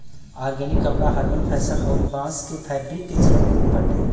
organic कपड़ा herbal fashion अउरी बांस के फैब्रिक के चलन खूब बाटे